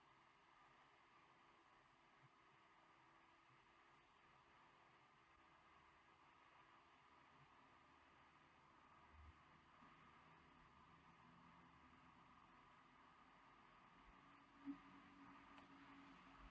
oh mm